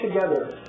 together